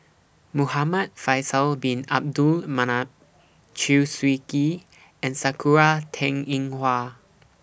Muhamad Faisal Bin Abdul Manap Chew Swee Kee and Sakura Teng Ying Hua